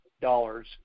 dollars